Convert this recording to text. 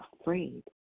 afraid